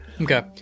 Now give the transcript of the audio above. Okay